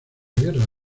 guerra